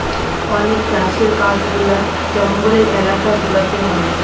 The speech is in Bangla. অনেক চাষের কাজগুলা জঙ্গলের এলাকা গুলাতে হয়